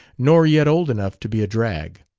nor yet old enough to be a drag.